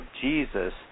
Jesus